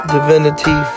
Divinity